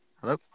Hello